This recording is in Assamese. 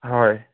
হয়